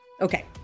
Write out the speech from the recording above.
Okay